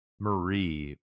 Marie